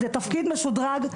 זה תפקיד משודרג.